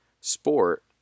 sport